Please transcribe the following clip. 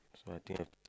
so I think